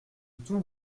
tout